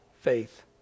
faith